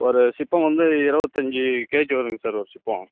ஒரு சிப்பம் வந்து இருபத்தஞ்சி கேஜி வரும்ங்க சார் ஒரு சிப்பம்